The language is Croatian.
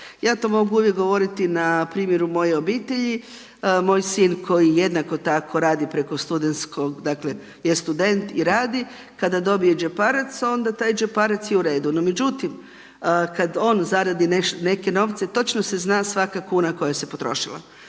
Ja to mogu uvijek govoriti na primjeru moje obitelji. Moj sin koji jednako tako radi preko studentskog dakle je student i radi kada dobije džeparac onda taj džeparac je u redu. No međutim, kada on zaradi neke novce točno se zna svaka kuna koja se potrošila.